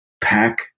pack